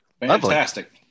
Fantastic